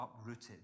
uprooted